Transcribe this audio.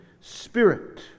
spirit